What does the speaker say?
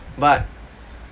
but